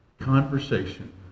conversation